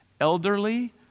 elderly